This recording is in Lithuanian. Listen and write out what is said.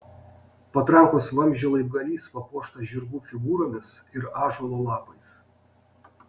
patrankos vamzdžio laibgalys papuoštas žirgų figūromis ir ąžuolo lapais